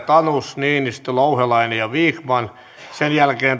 tanus niinistö louhelainen ja vikman sen jälkeen